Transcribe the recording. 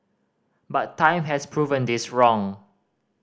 but time has proven this wrong